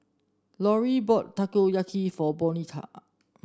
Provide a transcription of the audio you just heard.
bought Takoyaki for Bonita